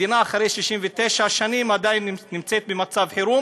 מדינה אחרי 69 שנים עדיין נמצאת במצב חירום